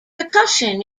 percussion